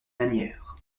lanière